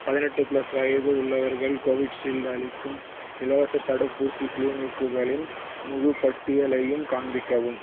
பதினெட்டு பிளஸ் வயது உள்ளவர்கள் கோவிட்ஷீல்டு அளிக்கும் இலவசத் தடுப்பூசி கிளினிக்குகளின் முழுப் பட்டியலையும் காண்பிக்கவும்